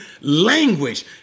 language